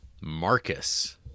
marcus